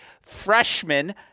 freshman